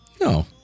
No